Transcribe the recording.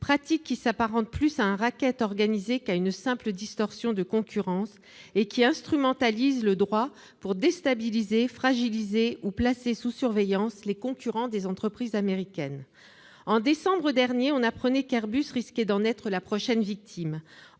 pratique qui s'apparente davantage à un racket organisé qu'a une simple distorsion de concurrence, puisqu'elle instrumentalise le droit pour déstabiliser, fragiliser ou placer sous surveillance les concurrents des entreprises américaines. Très juste ! En décembre dernier, on apprenait qu'Airbus risquait d'en être la prochaine victime.